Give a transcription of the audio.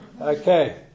Okay